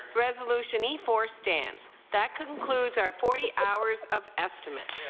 resolution e four stands. that concludes our forty hours of estimates.